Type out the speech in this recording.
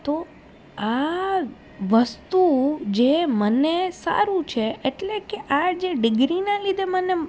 તો આ વસ્તુ જે મને સારું છે એટલે કે આજે ડિગ્રીના લીધે મને